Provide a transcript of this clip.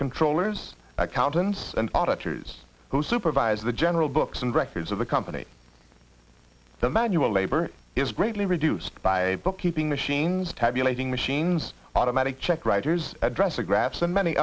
controllers accountants and auditors who supervise the general books and records of the company the manual labor is greatly reduced by bookkeeping machines tabulating machines automatic check writers address the graphs and many